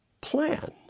plan